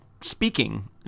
speaking